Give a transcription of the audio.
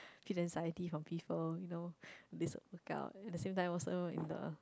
from people you know this would work out at the same time also in the